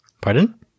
pardon